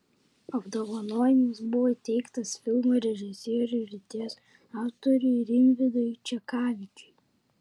apdovanojimas buvo įteiktas filmo režisieriui ir idėjos autoriui rimvydui čekavičiui